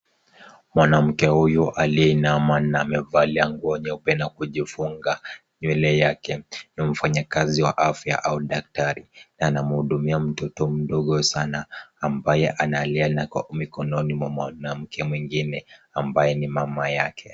Mwanamke huyu aliyeinama na amevalia nguo nyueupe na amejifunga nywele yake. N mfanyakazi wa afya au daktari, anamhudumia mtoto mdogo sana, ambaye analia na yuko mikononi mwanamke mwingine ambaye ni mama yake.